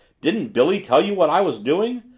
didn't billy tell you what i was doing?